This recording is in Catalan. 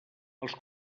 els